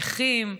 נכים.